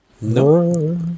No